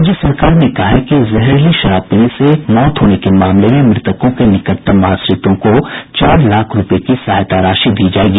राज्य सरकार ने कहा है कि जहरीली शराब पीने से मौत होने के मामले में मृतकों को निकटतम आश्रितों को चार लाख रूपये की सहायता राशि दी जायेगी